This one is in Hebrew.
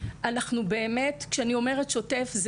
כשאני אומרת בשוטף,